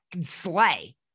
slay